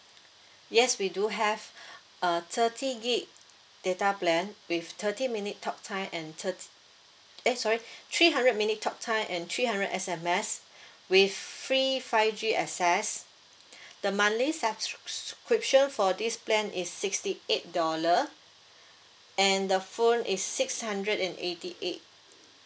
yes we do have uh thirty G_B data plan with thirty minute talk time and thir~ eh sorry three hundred minute talk time and three hundred S_M_S with free five g access the monthly subscription for this plan is sixty eight dollars and the phone is six hundred and eighty eight